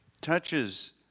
touches